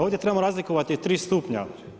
Ovdje trebamo razlikovati tri stupnja.